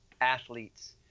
athletes